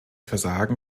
versagen